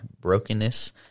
brokenness